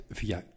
via